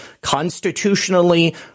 constitutionally